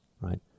right